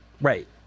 right